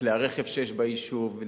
כלי הרכב שיש ביישוב,